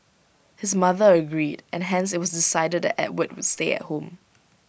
his mother agreed and hence IT was decided that Edward would stay at home